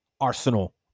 Arsenal